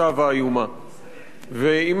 ועם המצוקות האלה צריך להתמודד.